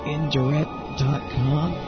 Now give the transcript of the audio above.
Indirect.com